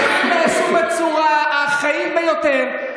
הדברים נעשו בצורה האחראית ביותר.